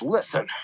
Listen